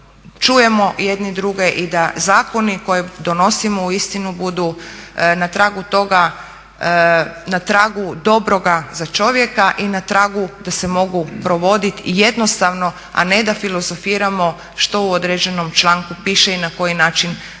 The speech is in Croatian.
čujemo jedni druge i da zakoni koje donosimo uistinu budu na tragu toga, na tragu dobroga za čovjeka i na tragu da se mogu provoditi i jednostavno a ne da filozofiramo što u određenom članku piše i na koji način